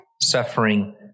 suffering